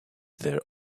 their